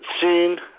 seen